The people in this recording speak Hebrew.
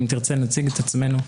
ואם תרצה נציג את עצמנו.